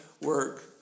work